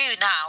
now